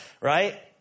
right